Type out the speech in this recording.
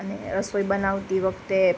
અને રસોઈ બનાવતી વખતે